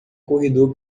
corredor